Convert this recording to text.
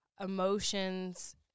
emotions